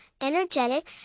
energetic